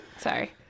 sorry